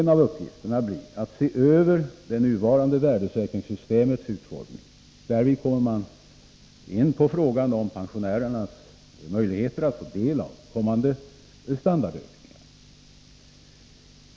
En av uppgifterna blir att se över det nuvarande värdesäkringssystemets utformning. Därvid kommer man in på frågan om pensionärernas möjligheter att få del av kommande standardökningar.